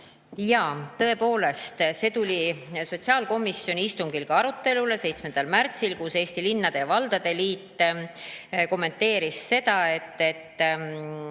Jaa, tõepoolest, see tuli sotsiaalkomisjoni istungil arutelule 7. märtsil, kui Eesti Linnade ja Valdade Liit kommenteeris seda, et